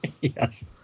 Yes